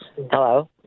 hello